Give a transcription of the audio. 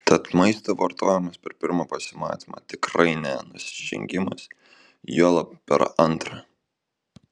tad maisto vartojimas per pirmą pasimatymą tikrai ne nusižengimas juolab per antrą